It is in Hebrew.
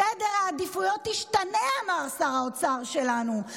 סדר העדיפויות ישתנה", אמר שר האוצר שלנו.